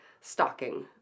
stocking